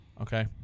Okay